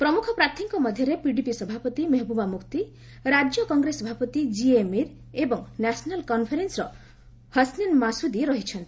ପ୍ରମୁଖ ପ୍ରାର୍ଥୀଙ୍କ ମଧ୍ୟରେ ପିଡିପି ସଭାପତି ମେହବୃବା ମ୍ରଫ୍ତି ରାଜ୍ୟ କଂଗ୍ରେସ ସଭାପତି ଜିଏ ମୀର୍ ଏବଂ ନ୍ୟାସନାଲ୍ କନ୍ଫରେନ୍ସ୍ର ହସନେନ୍ ମାସ୍ତଦି ରହିଛନ୍ତି